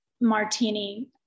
martini